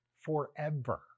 forever